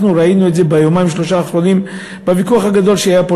אנחנו ראינו את זה ביומיים-שלושה האחרונים בוויכוח הגדול שהיה פה,